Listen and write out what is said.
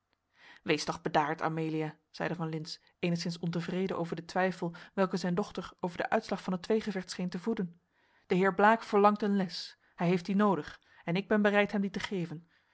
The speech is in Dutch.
wees toch bedaard amelia zeide van lintz eenigszins ontevreden over den twijfel welken zijn dochter over den uitslag van het tweegevecht scheen te voeden de heer blaek verlangt een les hij heeft die noodig en ik ben bereid hem die te geven